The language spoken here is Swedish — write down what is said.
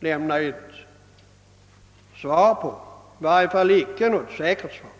lämna ett svar på, i varje fall icke något säkert svar.